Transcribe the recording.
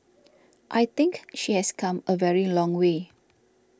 I think she has come a very long way